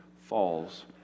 falls